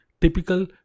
typical